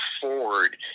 forward